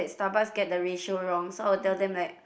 like Starbucks get the ratio wrong so I'll tell them like